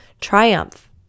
triumph